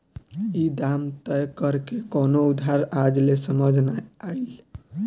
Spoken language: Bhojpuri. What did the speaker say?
ई दाम तय करेके कवनो आधार आज ले समझ नाइ आइल